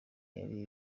yari